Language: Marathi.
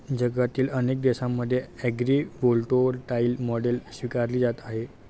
जगातील अनेक देशांमध्ये ॲग्रीव्होल्टाईक मॉडेल स्वीकारली जात आहे